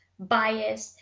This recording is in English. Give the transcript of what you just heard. biased,